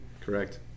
Correct